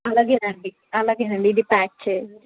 అలాగేనండి అలాగేనండి ఇది ప్యాక్ చేయండి